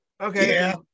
Okay